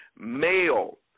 male